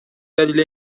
دلیل